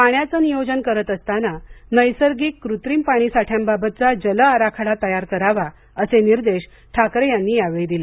पाण्याचं नियोजन करत असताना नैसर्गिक कृत्रिम पाणीसाठ्यांबाबतचा जल आराखडा तयार करावा असे निर्देश ठाकरे यांनी यावेळी दिले